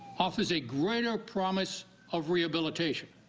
offers a greater promise of rehabilitation.